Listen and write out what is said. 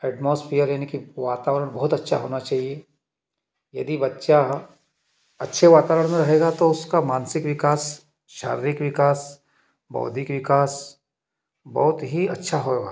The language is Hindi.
एट्मोसफेयर यानी की वातावरण बहुत अच्छा होना चाहिए यदि बच्चा अच्छे वातावरण में रहेगा तो उसका मानसिक विकास शारीरिक विकास बौद्धिक विकास बहुत ही अच्छा होएगा